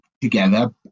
together